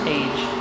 age